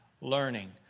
learning